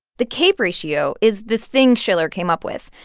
the cape ratio is this thing shiller came up with.